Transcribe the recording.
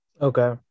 Okay